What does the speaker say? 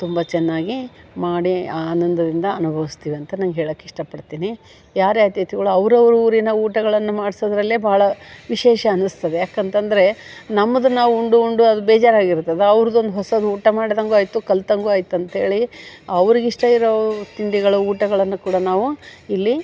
ತುಂಬ ಚೆನ್ನಾಗಿ ಮಾಡಿ ಆನಂದದಿಂದ ಅನುಭವ್ಸ್ತೀವಿ ಅಂತ ನಂಗೆ ಹೇಳಕ್ಕೆ ಇಷ್ಟಪಡ್ತೀನಿ ಯಾರೇ ಅಥಿತಿಗಳು ಅವ್ರ ಅವ್ರ ಊರಿನ ಊಟಗಳನ್ನು ಮಾಡ್ಸೋದ್ರಲ್ಲೇ ಭಾಳ ವಿಶೇಷ ಅನಿಸ್ತದೆ ಏಕಂತಂದ್ರೆ ನಮ್ಮದ್ ನಾವು ಉಂಡು ಉಂಡು ಅದು ಬೇಜಾರಾಗಿರ್ತದೆ ಅವ್ರ್ದು ಒಂದು ಹೊಸದು ಊಟ ಮಾಡ್ದಂಗೂ ಆಯಿತು ಕಲ್ತಂಗೂ ಆಯ್ತು ಅಂತ ಹೇಳಿ ಅವ್ರಿಗೆ ಇಷ್ಟ ಇರೋ ತಿಂಡಿಗಳು ಊಟಗಳನ್ನು ಕೂಡ ನಾವು ಇಲ್ಲಿ